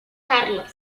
carlos